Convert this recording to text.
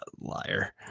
Liar